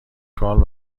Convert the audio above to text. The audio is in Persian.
کال